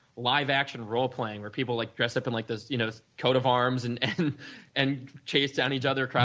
live action role playing where people like dress up and like this you know coat of arms and and and chase down each other,